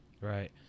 Right